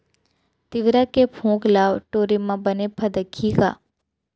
तिंवरा के फोंक ल टोरे म बने फदकही का?